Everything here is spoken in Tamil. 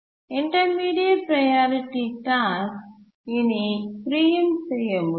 இன்டர்மீடியட் ப்ரையாரிட்டி டாஸ்க் இனி பிரீஎம்ட் செய்ய முடியாது